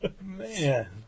man